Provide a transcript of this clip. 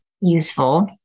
useful